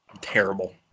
terrible